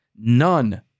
none